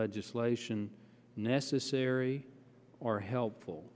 legislation necessary or helpful